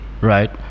right